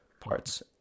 parts